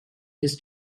his